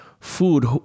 food